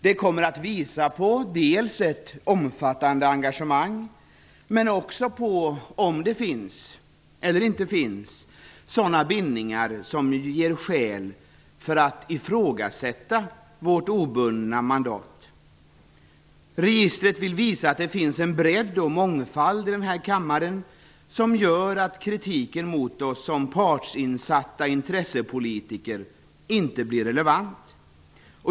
Det kommer dels att visa på ett omfattande engagemang, dels om det finns eller inte finns sådana bindningar som ger skäl att ifrågasätta vårt obundna mandat. Syftet med registret är att visa att det finns en bredd och mångfald i denna kammare som gör att kritiken mot oss att vi är partsinsatta intressepolitiker inte blir relevant.